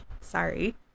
Sorry